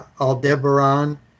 Aldebaran